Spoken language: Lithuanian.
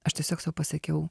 aš tiesiog sau pasakiau